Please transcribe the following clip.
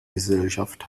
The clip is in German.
gesellschaft